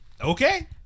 Okay